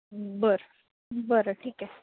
बर बरं ठीक आहे